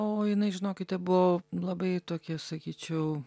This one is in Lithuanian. o jinai žinokite buvo labai tokia sakyčiau